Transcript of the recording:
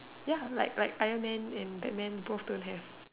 ya like like Iron Man and Batman both don't have